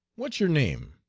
what's your name?